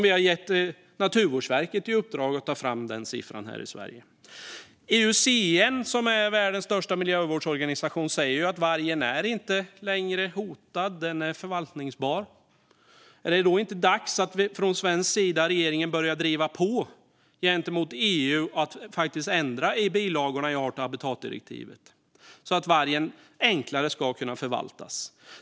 Vi har gett Naturvårdsverket i uppdrag att ta fram den siffran här i Sverige. IUCN, som är världens största miljövårdsorganisation, säger att vargen inte längre är hotad; den är förvaltningsbar. Är det då inte dags att regeringen från svensk sida börjar driva på gentemot EU för en ändring av bilagorna till art och habitatdirektivet så att vargen enklare kan förvaltas?